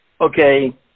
okay